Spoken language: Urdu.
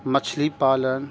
مچھلی پالن